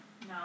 no